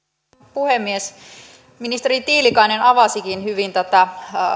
puhemies ministeri tiilikainen avasikin hyvin tätä